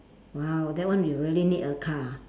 !wow! that one you really need a car